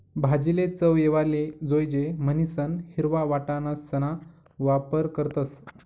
भाजीले चव येवाले जोयजे म्हणीसन हिरवा वटाणासणा वापर करतस